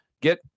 Get